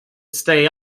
stay